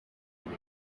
kuri